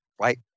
right